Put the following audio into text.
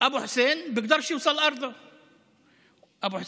אבו חוסיין (אומר בערבית ומתרגם:) אבו